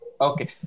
Okay